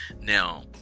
now